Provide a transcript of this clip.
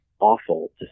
awful